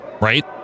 right